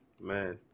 man